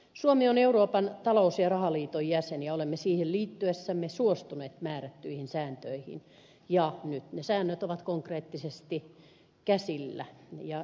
suomi on euroopan talous ja rahaliiton jäsen ja olemme siihen liittyessämme suostuneet määrättyihin sääntöihin ja nyt ne säännöt ovat konkreettisesti käsillä ja esillä